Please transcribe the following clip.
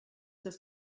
das